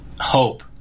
hope